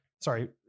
sorry